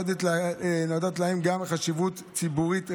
שנודעת להן גם חשיבות ציבורית רבה.